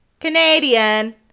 Canadian